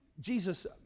Jesus